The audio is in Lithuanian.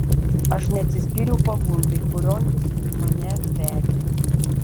aš neatsispyriau pagundai kurion jis mane vedė